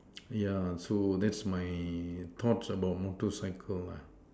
yeah so that's my thoughts about motorcycles lah